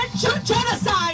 genocide